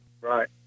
Right